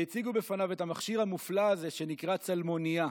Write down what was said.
והציגו בפניו את המכשיר המופלא הזה שנקרא צלמנייה.